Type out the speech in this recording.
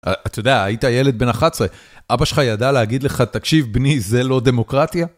אתה יודע, היית ילד בן 11, אבא שלך ידע להגיד לך, תקשיב בני, זה לא דמוקרטיה?